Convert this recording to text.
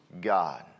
God